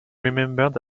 remembered